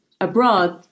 abroad